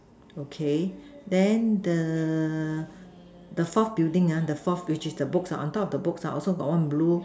okay then the the forth building ah the forth which is the books ah on top of the books also got one blue